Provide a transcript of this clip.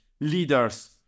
leaders